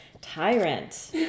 Tyrant